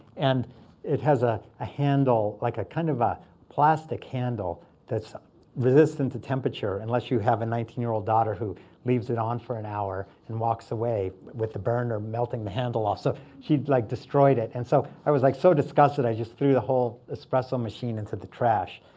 and it has a a handle, like a kind of a plastic handle that's resistant to temperature, unless you have a nineteen year old daughter who leaves it on for an hour and walks away with the burner melting the handle off. ah so she'd like destroyed it. and so i was like so disgusted i just threw the whole espresso machine into the trash.